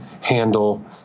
handle